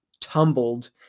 tumbled